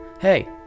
Hey